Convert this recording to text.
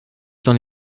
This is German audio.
doch